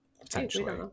potentially